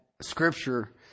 Scripture